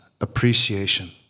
appreciation